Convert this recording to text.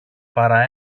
παρά